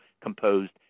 composed